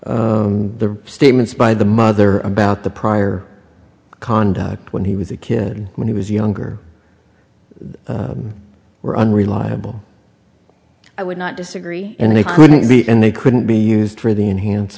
the statements by the mother about the prior conduct when he was a kid when he was younger were unreliable i would not disagree and they couldn't be and they couldn't be used for the enhance